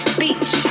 Speech